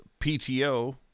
PTO